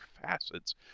facets